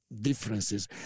differences